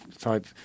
type